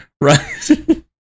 right